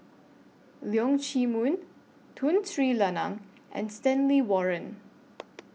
Leong Chee Mun Tun Sri Lanang and Stanley Warren